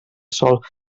sòl